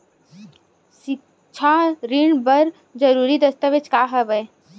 सिक्छा ऋण बर जरूरी दस्तावेज का हवय?